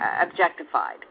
objectified